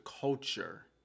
culture